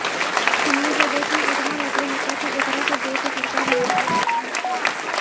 हमनी के देश में एतना लकड़ी होता की एकरा के बेच के सरकार निमन पइसा कमा तिया